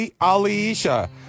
Alicia